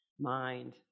mind